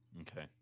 Okay